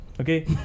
Okay